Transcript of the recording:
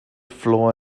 floor